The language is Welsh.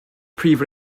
prif